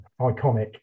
iconic